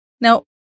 Now